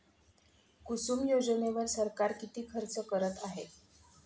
कुसुम योजनेवर सरकार किती खर्च करत आहे?